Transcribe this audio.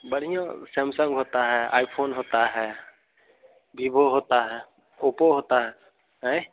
बढ़िया सैमसंग होता है आईफोन होता है बिवो होता है ओपो होता है आँय